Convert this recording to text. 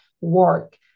work